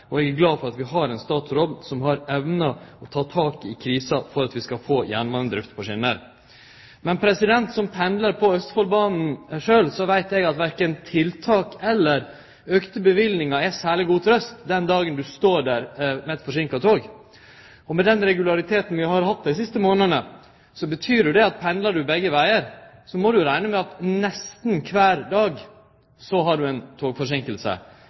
rute. Eg er glad for at vi har ein statsråd som har evna å ta tak i krisa for at vi skal få jernbanedrifta på skjener. Men som pendlar på østfoldbanen sjølv veit eg at korkje tiltak eller auka løyvingar er særleg god trøst den dagen du står der med eit forseinka tog. Med den regulariteten vi har hatt dei siste månadene, betyr jo det at pendlar du begge vegar, må du rekne med at nesten kvar dag har du